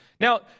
Now